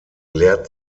lehrt